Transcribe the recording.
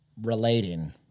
relating